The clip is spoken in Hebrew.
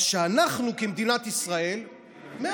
אז שאנחנו כמדינת ישראל, היא מכירה ביהודי כיהודי.